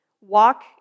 walk